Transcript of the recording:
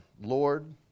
Lord